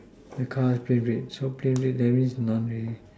the car is plain red so plain red that means